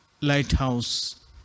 lighthouse